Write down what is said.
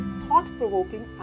thought-provoking